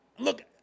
Look